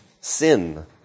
sin